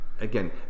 again